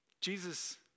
Jesus